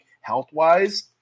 health-wise